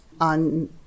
on